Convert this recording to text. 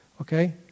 Okay